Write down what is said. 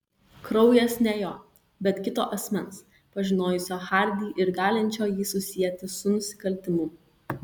kraujas ne jo bet kito asmens pažinojusio hardį ir galinčio jį susieti su nusikaltimu